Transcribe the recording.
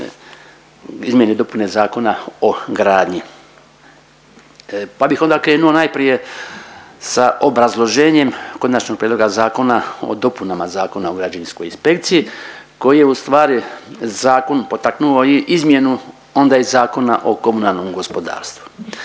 izmjene i dopune Zakona o gradnji pa bih onda krenuo najprije sa obrazloženjem Konačnog prijedloga zakona o dopunama Zakona o građevinskoj inspekciji koji je u stvari zakon potaknuo i izmjenu onda i Zakona o komunalnom gospodarstvu.